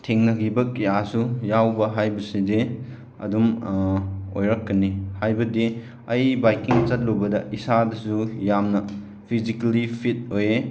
ꯊꯦꯡꯅꯈꯤꯕ ꯀꯌꯥꯁꯨ ꯌꯥꯎꯕ ꯍꯥꯏꯕꯁꯤꯗꯤ ꯑꯗꯨꯝ ꯑꯣꯏꯔꯛꯀꯅꯤ ꯍꯥꯏꯕꯗꯤ ꯑꯩ ꯕꯥꯏꯛꯀꯤꯡ ꯆꯠꯂꯨꯕꯗ ꯏꯁꯥꯗꯁꯨ ꯌꯥꯝꯅ ꯐꯤꯖꯤꯀꯦꯜꯂꯤ ꯐꯤꯠ ꯑꯣꯏꯌꯦ